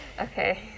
Okay